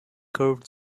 curved